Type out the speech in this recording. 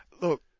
Look